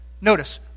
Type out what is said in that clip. Notice